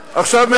שלום?